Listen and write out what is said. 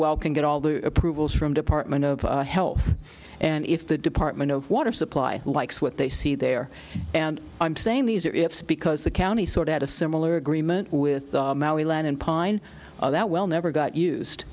well can get all the approvals from department of health and if the department of water supply likes what they see there and i'm saying these are it's because the county sort out a similar agreement with the land in pine that well never got used